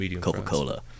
Coca-Cola